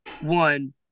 one